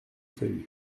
veuille